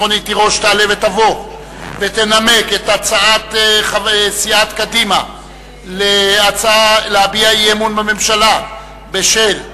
ותנמק את הצעת סיעת קדימה להביע אי-אמון בממשלה בשל: